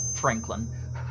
Franklin